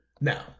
Now